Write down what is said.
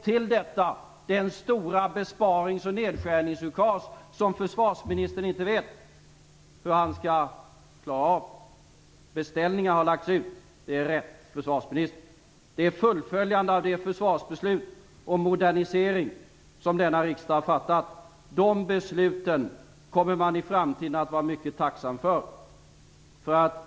Till detta kommer den stora besparings och nedskärningsukas som försvarsministern inte vet hur han skall klara av. Beställningar har lagts ut, det är rätt, försvarsministern. De var ett fullföljande av det försvarsbeslut om moderinisering som denna riksdag fattat. De besluten kommer man i framtiden att vara mycket tacksam för.